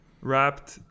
Wrapped